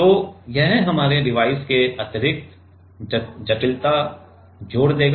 तो यह हमारे डिवाइस में अतिरिक्त जटिलता जोड़ देगा